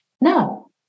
No